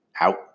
Out